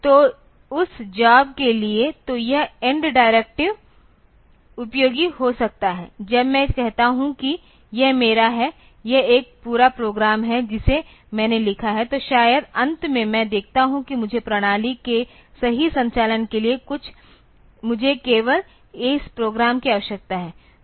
तो उस जॉब के लिए तो यह end डायरेक्टिव उपयोगी हो सकता है जब मैं कहता हूं कि यह मेरा है यह एक पूरा प्रोग्राम है जिसे मैंने लिखा है तो शायद अंत में मैं देखता हूं कि मुझे प्रणाली के सही संचालन के लिए मुझे केवल इस प्रोग्राम की आवश्यकता है